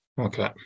Okay